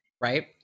Right